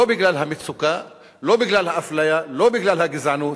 לא בגלל המצוקה, לא בגלל האפליה, לא בגלל הגזענות,